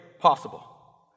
possible